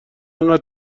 اینقدر